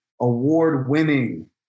award-winning